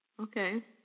Okay